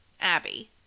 Abby